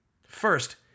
First